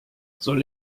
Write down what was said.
soll